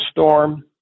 storm